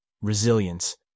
resilience